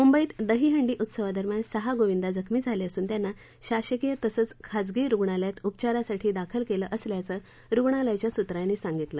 मुंबईत दहीहंडी उत्सवादरम्यान सहा गोविंदा जखमी झाले असून त्यांना शासकीय तसंच खाजगी रुगणालयात उपचारासाठी दाखल केलं असल्याचं रुगणालयाच्या सूत्रांनी सांगितलं